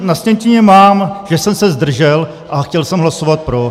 Na sjetině mám, že jsem se zdržel, a chtěl jsem hlasovat pro.